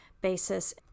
basis